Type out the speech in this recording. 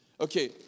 Okay